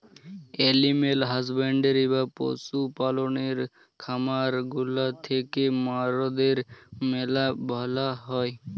animal husbandry বা পশু পাললের খামার গুলা থিক্যা মরদের ম্যালা ভালা হ্যয়